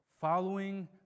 following